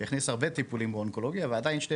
שהכניס הרבה טיפולים באונקולוגיה ועדיין כשני